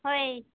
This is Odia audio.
ହଏ